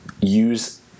use